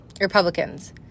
Republicans